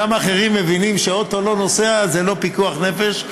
גם אחרים מבינים שאוטו לא נוסע זה לא פיקוח נפש,